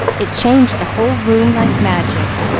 it changed the whole room like magic,